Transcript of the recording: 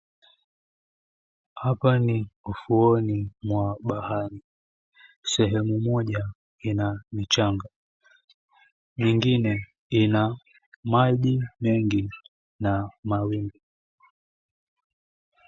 Hapa ni ufuoni mwa bahari. Sehemu moja ina mchanga nyingine ina maji mengi na mawimbi.